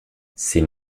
c’est